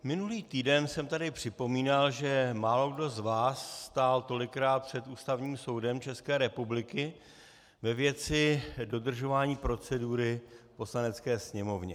Minulý týden jsem tady připomínal, že málokdo z vás stál tolikrát před Ústavním soudem České republiky ve věci dodržování procedury v Poslanecké sněmovně.